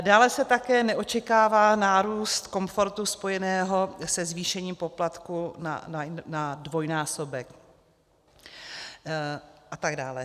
Dále se také neočekává nárůst komfortu spojeného se zvýšením poplatku na dvojnásobek atd.